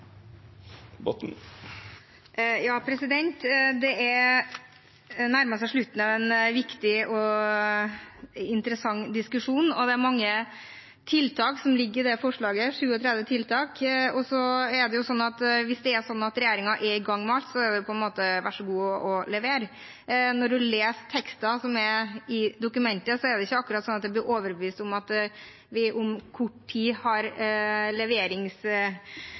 Det nærmer seg slutten av en viktig og interessant diskusjon. Det er mange tiltak som ligger i dette representantforslaget – 37 tiltak – og hvis regjeringen er i gang med alt, er det vær så god å levere. Når man leser teksten i dokumentet, er det ikke akkurat sånn at man blir overbevist om at det blir levert om kort tid, og at statsråden kommer glad og opplagt hit til Stortinget og forteller om alt han har